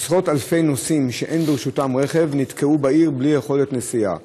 עשרות אלפי נוסעים שאין ברשותם רכב נתקעו בעיר בלי יכולת נסיעה.